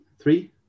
Three